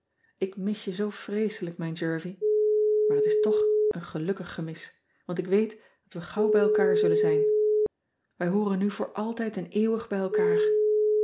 k mis je zoo vreeselijk mijn ervie aar het is toch een gelukkig gemis want ik weet dat we gauw bij elkaar zullen zijn ij hooren ean ebster adertje angbeen nu voor altijd en eeuwig bij elkaar